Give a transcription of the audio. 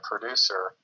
producer